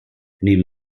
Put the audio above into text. neben